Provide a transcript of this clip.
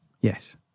Yes